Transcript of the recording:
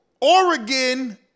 Oregon